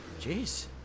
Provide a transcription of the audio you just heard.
jeez